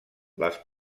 les